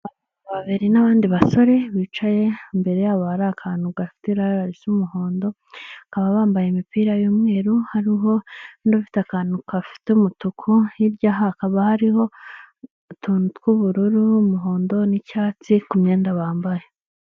Abantu babiri n'abandi basore bicaye imbere yabo ari akantu gafite ibara risa umuhondo bakaba bambaye imipira y'umweru hariho n'ufite akantu gafite umutuku, hirya hakaba hariho utuntu tw'ubururu, umuhondo n'icyatsi ku myenda bambaye.